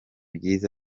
byiza